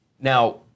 Now